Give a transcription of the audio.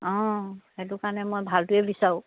অঁ সেইটো কাৰণে মই ভালটোৱেই বিচাৰোঁ